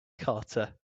carter